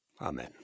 Amen